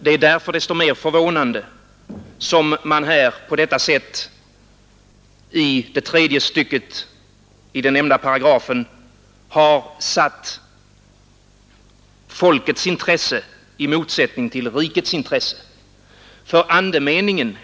Det är därför desto mer förvånande att man på detta sätt i det tredje stycket av den nämnda paragrafen har satt folkets intresse i motsättning till rikets intresse.